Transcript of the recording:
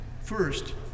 first